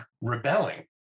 rebelling